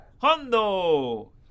Hondo